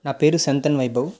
నా పేరు సంతన్ వైభవ్